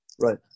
right